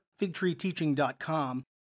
figtreeteaching.com